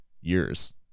years